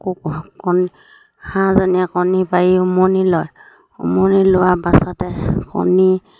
কণী হাঁহজনীয়ে কণী পাৰি উমনি লয় উমনি লোৱাৰ পাছতে কণী